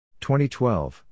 2012